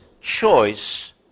choice